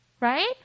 Right